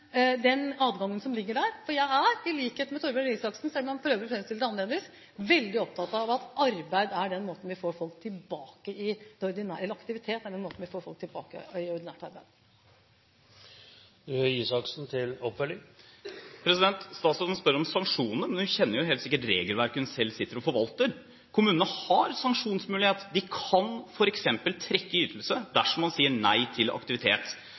adgangen som ligger der, for jeg er, i likhet med Torbjørn Røe Isaksen, selv om han prøver å framstille det annerledes, veldig opptatt av at aktivitet er den måten vi får folk tilbake i ordinært arbeid på. Statsråden spør om sanksjoner. Men hun kjenner jo helt sikkert regelverket hun selv sitter og forvalter. Kommunene har sanksjonsmulighet. De kan f.eks. trekke ytelse dersom man sier nei til aktivitet.